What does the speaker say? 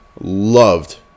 loved